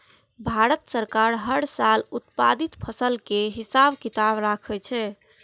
भारत सरकार हर साल उत्पादित फसल केर हिसाब किताब राखै छै